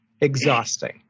Exhausting